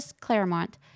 Claremont